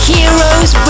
Heroes